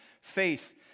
faith